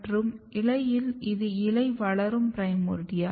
மற்றும் இலையில் இது இலை வளரும் பிரைமோர்டியா